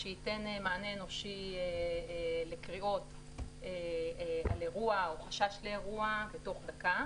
שייתן מענה אנושי לקריאות על אירוע או חשש לאירוע בתוך דקה.